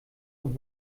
und